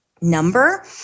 number